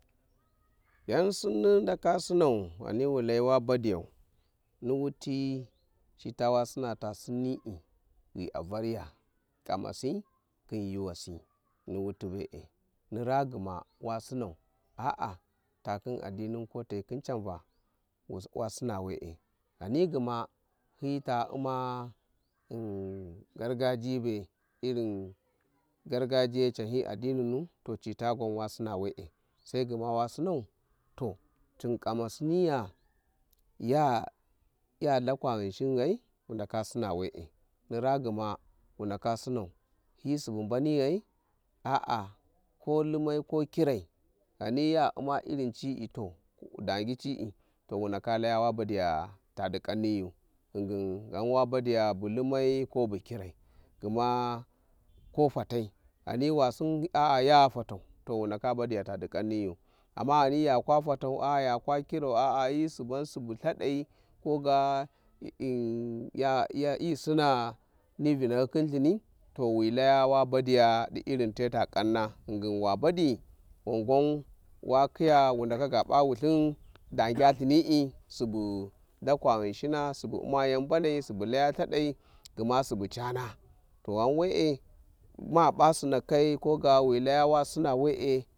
Yan sinni ndaka sinau ghani wu layi wa badiyau ni wuti cita wa sinna ta sinni`I gha a variya kamasi khin yuuwasi ni raa gma wa sinau aa ta khin addinin ko ta hyi khin can vawa sina we'e ghani gma hyi ta u`ma gargajiyi be'e irin gargajiya can hi addininnu to cita gwan wa sina we'e sai gma wa sina to lthin kamsiniya ya lhakwa ghinshing ghai wu ndaka sina we`e ni raa gma wu ndaka sinau hi subu mbani ghani ya kwa fatau aa ya kwa kirau aa hi suban subu lthdai ko ga ya hi sina ni vinahyi khin lthini to wi laya wa badiya di irin te ta kanna ghingin wa badiyi wan gwan wa khiya wu ndaka ga p`a wulthin dangya lthini subu lhkwa ghinshina subu u`ma yan mbanai subu laya lthadai gma subu cana to ghan we`e ma ba sinakai ko ga wi laya wa sina we`e.